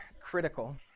critical